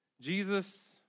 Jesus